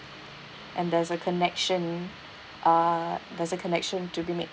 and there's a connection uh there's a connection to be made